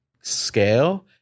scale